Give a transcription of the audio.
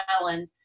Island